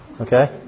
Okay